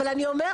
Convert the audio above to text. אבל אני אומרת,